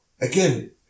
again